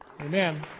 Amen